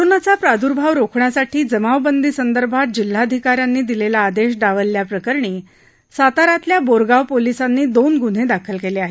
कोरोनाचा प्रादुर्भाव रोखण्यासाठी जमावबंदीसंदर्भात जिल्हाधिकाऱ्यांनी दिलेला आदेश डावलल्याप्रकरणी साताऱ्यातल्या बोरगांव पोलीसांनी दोन गुन्हे दाखल केले आहेत